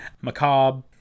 Macabre